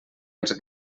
els